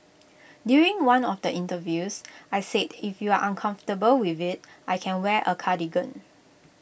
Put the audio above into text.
during one of the interviews I said if you're uncomfortable with IT I can wear A cardigan